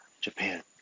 Japan